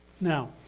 Now